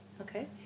okay